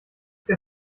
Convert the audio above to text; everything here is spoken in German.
der